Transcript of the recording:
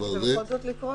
בכל זאת לקרוא?